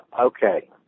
okay